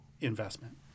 investment